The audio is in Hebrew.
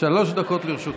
שלוש דקות לרשותך.